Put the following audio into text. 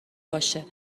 باشه